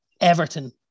Everton